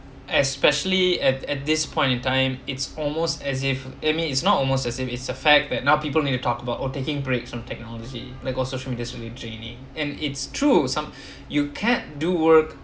especially at at this point in time it's almost as if it mean is not almost as if it's a fact that now people need to talk about or taking breaks on technology like all social media is really draining and it's true some you can't do work